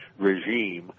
regime